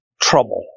trouble